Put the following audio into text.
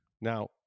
Now